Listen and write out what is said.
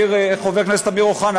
חבר הכנסת אמיר אוחנה,